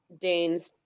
Danes